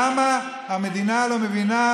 למה המדינה לא מבינה,